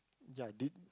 ya I did